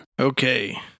Okay